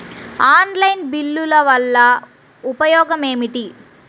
Online బిల్లుల వల్ల ఉపయోగమేమిటీ?